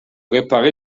réparer